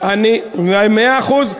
מאה אחוז.